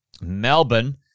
Melbourne